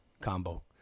combo